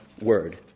word